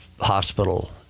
hospital